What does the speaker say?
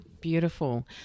Beautiful